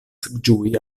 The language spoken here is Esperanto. ĝui